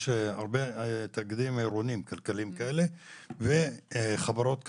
יש הרבה תאגידים עירוניים כלכליים וחברות כלכליות,